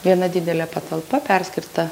viena didelė patalpa perskirta